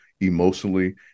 emotionally